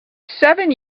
seven